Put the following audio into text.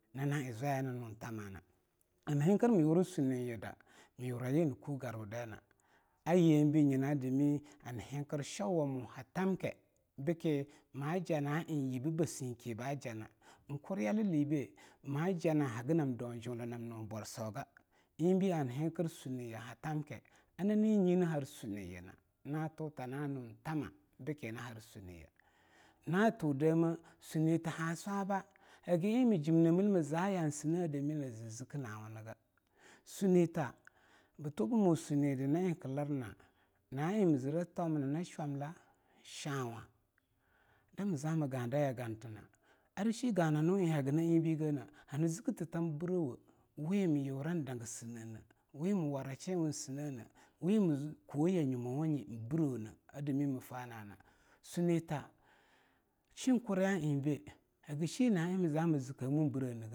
Nyina na eing zwaya hani nung thamana hani heinkir mii yuri sunniyida mii yura yeang hani kue garwudaina a yembi nyina dami hani henkir sheawamo haa tamke bikki maa jaa naeing yibeba sinke ba jaana eing kuryalalibe majanna haggi nam daung duulaa nam nuu bwarsauga eingbe hani henkir sunniye haa tamke a naneag nyini har sunniyi na na tuta nyi nii hung thama bikki nii har sunniya na tuh deameh sunnita haa swaba haggi eing mii jimne mill mii na zii zilala, nawung niga sunnita buh tueibu mu sunniya da na eing kii larna naeing mii zirre thitomina naa shwamla, shauwaag eing mii zaa mii gaada yaa gantinna arshe gananu eing hagina eing be gaane hani zikki thitam bireweh wii mii yurang danga sinneaei mii warra sheanwei sinneai wii mii kuwaang yaa nyunnanye birraune a ami mii fira na naa sunnita shean kuryetibe hagi sheaner eing mii zaa mii zikkemun birremgeh.